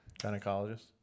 Gynecologist